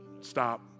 stop